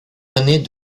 années